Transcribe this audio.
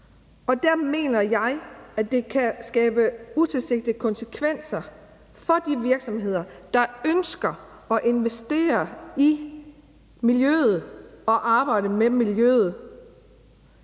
Og der mener jeg, at det kan have utilsigtede konsekvenser for de virksomheder, der ønsker at investere i miljøet og arbejde med miljøet.